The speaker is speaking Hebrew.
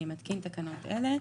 אני מתקין תקנות אלה: